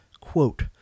Quote